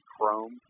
chrome